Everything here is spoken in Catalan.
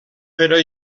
però